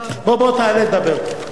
בוא תעלה ותדבר.